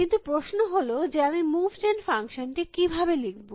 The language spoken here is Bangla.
কিন্তু প্রশ্ন হল যে আমি মুভ জেন ফাংশন টি কী ভাবে লিখব